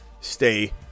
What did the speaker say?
stay